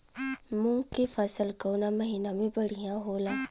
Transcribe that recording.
मुँग के फसल कउना महिना में बढ़ियां होला?